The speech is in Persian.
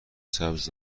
سبز